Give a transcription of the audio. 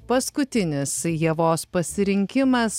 paskutinės ievos pasirinkimas